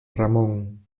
ramón